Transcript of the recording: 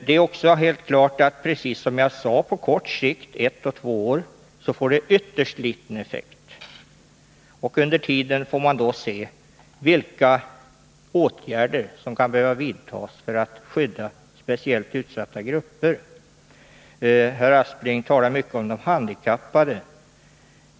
Det är precis som jag tidigare sade att på kort sikt — på ett eller två års sikt — får det ytterst liten effekt. Under tiden får man då se vilka åtgärder som kan behöva vidtas för att skydda speciellt utsatta grupper. Herr Aspling talade mycket om de handikappade.